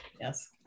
Yes